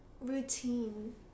routine